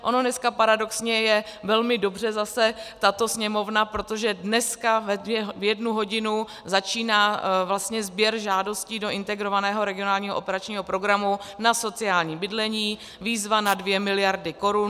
Ono dneska paradoxně je velmi dobře zase tato Sněmovna, protože dneska v jednu hodinu začíná sběr žádostí do Integrovaného regionálního operačního programu na sociální bydlení, výzva na dvě miliardy korun.